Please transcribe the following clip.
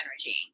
energy